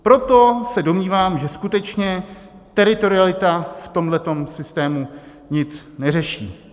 Proto se domnívám, že skutečně teritorialita v tomhle systému nic neřeší.